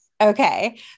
Okay